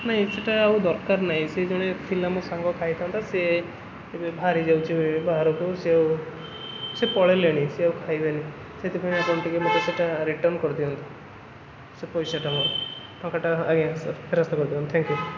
ନାଇଁ ସେଇଟା ଆଉ ଦରକାର ନାଇଁ ସେ ଜଣେ ଥିଲା ମୋ ସାଙ୍ଗ ଖାଇଥାନ୍ତା ସେ ଏବେ ବାହାରି ଯାଉଛି ଏବେ ବାହାରକୁ ସେ ଆଉ ସେ ପଳାଇଲେଣି ସେ ଆଉ ଖାଇବେନି ସେଥିପାଇଁ ଆପଣ ଟିକେ ମୋତେ ସେଇଟା ରିଟର୍ନ୍ କରିଦିଅନ୍ତୁ ସେ ପଇସାଟା ମୋର ଟଙ୍କାଟା ଆଜ୍ଞା ସାର୍ ଫେରସ୍ତ କରିଦିଅନ୍ତୁ ଥାଙ୍କ୍ ୟୁ